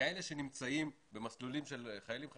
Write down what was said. כאלה שנמצאים במסלולים של חיילים חרדים,